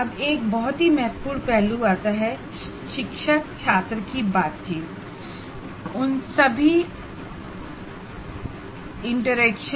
अब एक बहुत ही महत्वपूर्ण पहलू आता है टीचर स्टुडेंट इंटरेक्शन